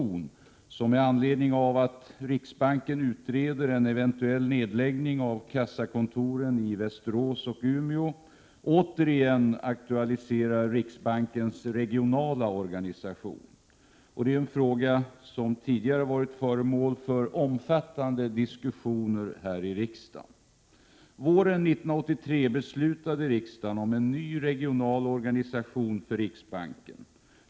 1987/88:118 mot bakgrund av att riksbanken utreder en eventuell nedläggning av 10 maj 1988 kassakontoren i Västerås och Umeå återigen aktualiserar riksbankens regionala organisation. Det är en fråga som tidigare varit föremål för omfattande diskussioner här i riksdagen. Våren 1983 fattade riksdagen beslut om en ny regional organisation för riksbanken.